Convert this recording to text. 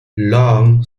long